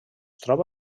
troba